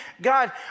God